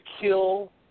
kill